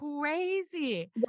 crazy